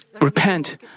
repent